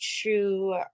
true